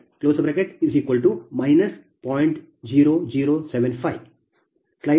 ನಾವು 0